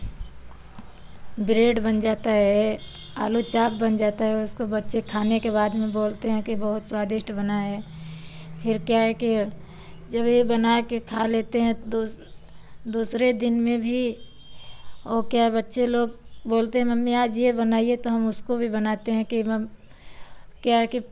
bread बन जाता है आलू चाप बन जाता है उसको बच्चे खाने के बाद में बोलते हैं कि बहुत स्वादिष्ट बना है फिर क्या है कि जब यह बना कर खा लेते हैं दूस दूसरे दिन में भी वह क्या बच्चे लोग बोलते हैं मम्मी आज यह बनाइए तो हम उसको भी बनाते हैं कि मम क्या है कि